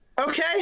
okay